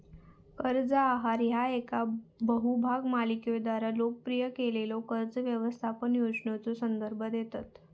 कर्ज आहार ह्या येका बहुभाग मालिकेद्वारा लोकप्रिय केलेल्यो कर्ज व्यवस्थापन योजनेचो संदर्भ देतत